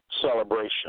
celebration